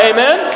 Amen